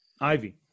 ivy